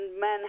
men